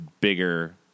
bigger